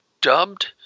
dubbed